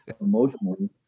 emotionally